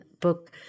book